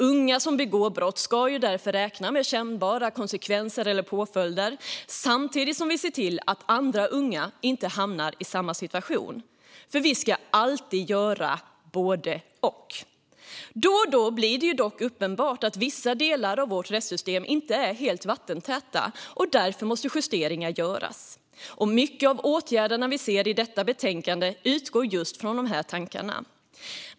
Unga som begår brott ska därför räkna med kännbara konsekvenser och påföljder, samtidigt som vi ser till att andra unga inte hamnar i samma situation. För vi ska alltid göra både och! Då och då blir det dock uppenbart att vissa delar av vårt rättssystem inte är helt vattentäta och att justeringar därför måste göras. Många av de åtgärder vi ser i betänkandet utgår just från dessa tankar.